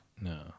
No